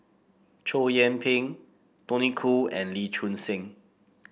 Chow Yian Ping Tony Khoo and Lee Choon Seng